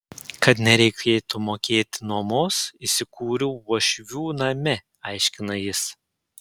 kad nereikėtų mokėti nuomos įsikūriau uošvių name aiškina jis